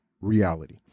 reality